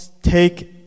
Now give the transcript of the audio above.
Take